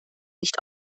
nicht